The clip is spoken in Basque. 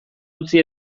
utzi